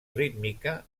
rítmica